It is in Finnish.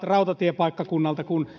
rautatiepaikkakunta